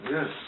Yes